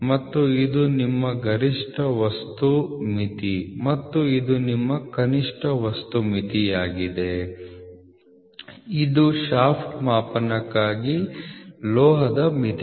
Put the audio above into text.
ಇದು ನಿಮ್ಮ ಗರಿಷ್ಠ ವಸ್ತು ಮಿತಿ ಮತ್ತು ಇದು ನಿಮ್ಮ ಕಡಿಮೆ ವಸ್ತು ಮಿತಿಯಾಗಿದೆ ಇದು ಶಾಫ್ಟ್ ಮಾಪನಕ್ಕಾಗಿ ಲೋಹದ ಮಿತಿಗಳು